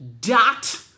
Dot